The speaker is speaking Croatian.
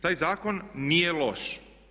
Taj zakon nije loš.